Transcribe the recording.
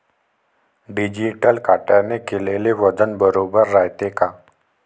Digital काट्याने केलेल वजन बरोबर रायते का?